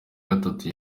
gatatu